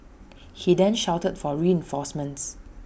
he then shouted for reinforcements